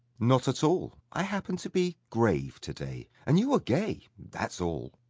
not at all i happen to be grave to-day, and you are gay that's all.